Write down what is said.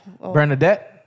Bernadette